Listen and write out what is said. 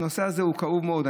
הנושא הזה הוא כאוב מאוד.